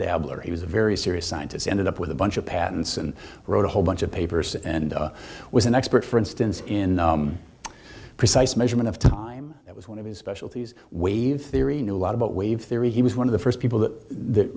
dabbler he was a very serious scientist ended up with a bunch of patents and wrote a whole bunch of papers and was an expert for instance in the precise measurement of time that was one of his specialties wave theory knew a lot about wave theory he was one of the first people that th